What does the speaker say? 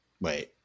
wait